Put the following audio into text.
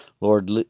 Lord